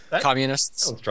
communists